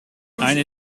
eine